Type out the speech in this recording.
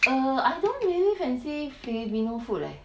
err I don't really fancy filipino food leh